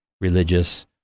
religious